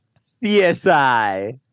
CSI